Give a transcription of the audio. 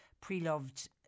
pre-loved